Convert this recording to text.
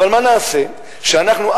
אבל מה נעשה שאנחנו,